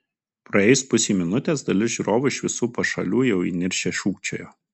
praėjus pusei minutės dalis žiūrovų iš visų pašalių jau įniršę šūkčiojo